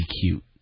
cute